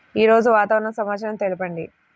ఈరోజు వాతావరణ సమాచారం తెలుపండి